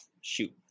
shoot